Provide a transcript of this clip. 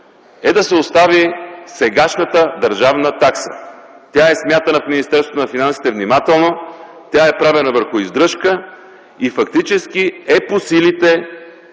е да се остави сегашната държавна такса. Тя е смятана в Министерството на финансите внимателно, тя е правена върху издръжка и фактически е реално по силите